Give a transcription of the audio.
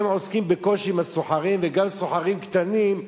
הם בקושי מתעסקים עם הסוחרים, וגם סוחרים קטנים,